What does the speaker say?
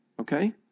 Okay